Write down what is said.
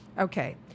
okay